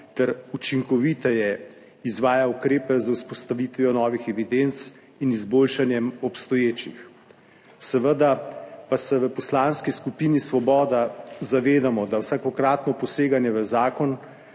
ter učinkoviteje izvaja ukrepe z vzpostavitvijo novih evidenc in izboljšanjem obstoječih. Seveda pa se v Poslanski skupini Svoboda zavedamo, da vsakokratno poseganje v Zakon